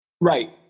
right